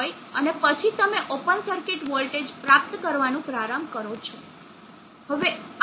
અને પછી તમે ઓપન સર્કિટ વોલ્ટેજ પ્રાપ્ત કરવાનું પ્રારંભ કરો છો